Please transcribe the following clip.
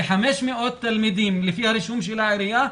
ל-500 תלמידים לפי הרישום של העירייה,